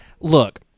look